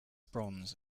bronze